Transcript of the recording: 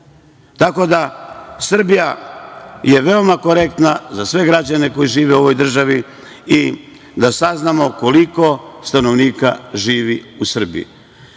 da, Srbija je veoma korektna za sve građane koji žive u ovoj državi i da saznamo koliko stanovnika živi u Srbiji. Gde